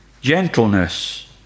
Gentleness